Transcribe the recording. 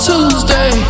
Tuesday